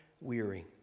weary